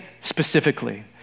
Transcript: specifically